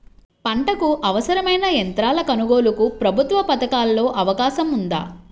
పంటకు అవసరమైన యంత్రాల కొనగోలుకు ప్రభుత్వ పథకాలలో అవకాశం ఉందా?